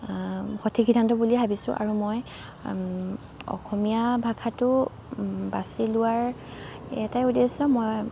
সঠিক সিদ্ধান্ত বুলিয়েই ভাবিছোঁ আৰু মই অসমীয়া ভাষাটো বাচি লোৱাৰ এটাই উদেশ্য মই